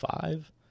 five